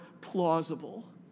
plausible